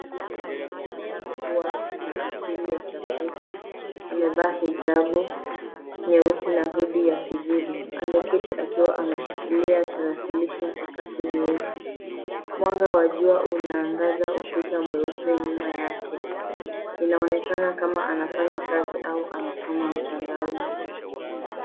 Mwanamke anayeonekana kuwa na asili ya Kiafrika, amevaa hijabu nyeusi na hoodie ya kijivu. Ameketi akiwa ameshikilia tarakilishi mpakato nyeupe. Mwanga wa jua unaangaza ukuta mweupe nyuma yake. Inaonekana kama anafanya kazi au anasoma mtandaoni.